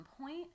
point